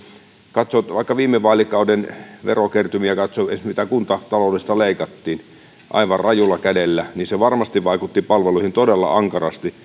katsoo vaikka viime vaalikauden verokertymiä katsoo esimerkiksi mitä kuntataloudesta leikattiin aivan rajulla kädellä niin se varmasti vaikutti palveluihin todella ankarasti